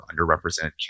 underrepresented